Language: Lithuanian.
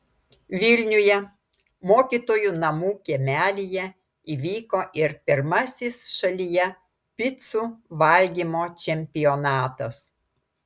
vilniuje mokytojų namų kiemelyje įvyko ir pirmasis šalyje picų valgymo čempionatas